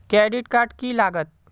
Credit card की लागत?